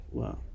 wow